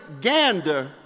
gander